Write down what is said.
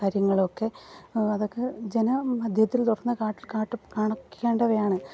കാര്യങ്ങളൊക്കെ അതൊക്കെ ജനമധ്യത്തിൽ തുറന്നുകാട്ട് കാട്ട് കാണിക്കേണ്ടവയാണ്